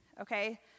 okay